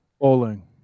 bowling